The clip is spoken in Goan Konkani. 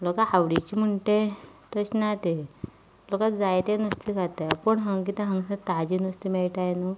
लोकां आवडीचें म्हणटा तें तशें ना तें लोकां जायतें नुस्तें खातात पूण हांगा कितें हांगा सा ताजें नुस्तें मेळटाय न्हू